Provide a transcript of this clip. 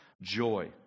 joy